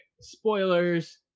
spoilers